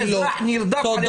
כבוד